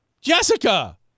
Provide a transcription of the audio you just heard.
Jessica